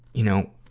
you know,